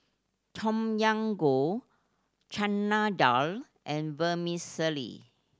Tom Yam Goong Chana Dal and Vermicelli